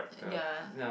ya